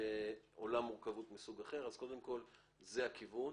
זה הכיוון.